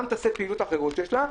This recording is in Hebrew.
גם תעשה פעילויות אחרות שיש לה.